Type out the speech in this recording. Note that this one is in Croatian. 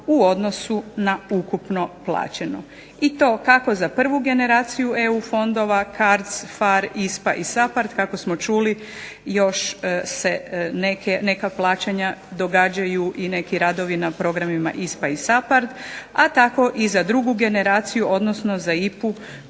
u odnosu na ukupno plaćeno. I to kako za prvu generaciju EU fondova CARDS, PHARE, ISPA i SAPARD kako smo čuli još se neka plaćanja događaju i neki radovi na programima ISPA i SAPARD, a tako i za drugu generaciju, odnosno za IPA-u